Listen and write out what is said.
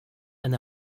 eine